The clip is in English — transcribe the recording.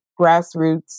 grassroots